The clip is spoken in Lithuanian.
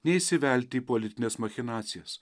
neįsivelti į politines machinacijas